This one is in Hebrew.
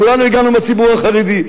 כולנו הגענו מהציבור החרדי.